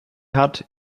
hat